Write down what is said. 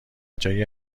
جایی